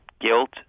guilt